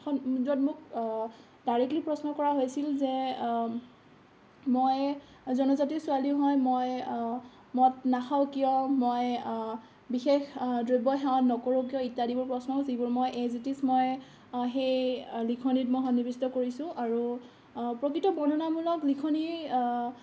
য'ত মোক ডাইৰেক্টলি প্ৰশ্ন কৰা হৈছিল যে মই জনজাতি ছোৱালী হয় মই মদ নাখাওঁ কিয় মই বিশেষ দ্ৰব্য সেৱন নকৰোঁ কিয় ইত্যাদিবোৰ প্ৰশ্ন যিবোৰ মই এজ ইট ইছ মই সেই লিখনিত মই সন্নিৱিষ্ট কৰিছোঁ আৰু প্ৰকৃত বৰ্ণনামূলক লিখনি